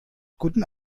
guten